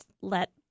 let